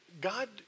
God